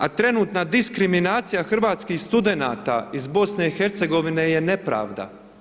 A trenutna diskriminacija hrvatskih studenata iz BiH je nepravda.